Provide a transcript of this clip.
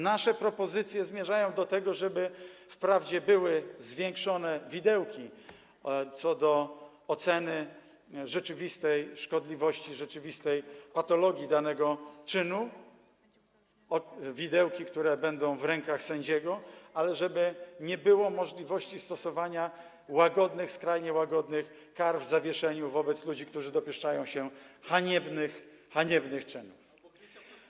Nasze propozycje zmierzają do tego, żeby wprawdzie były większe widełki, zależne od oceny rzeczywistej szkodliwości, rzeczywistej patologii danego czynu, widełki, które będą w rękach sędziego, ale żeby nie było możliwości stosowania łagodnych, skrajnie łagodnych kar w zawieszeniu wobec ludzi, którzy dopuszczają się haniebnych czynów.